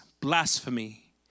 blasphemy